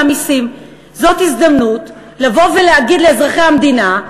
זאת הזדמנות לבוא ולהגיד לאזרחי המדינה: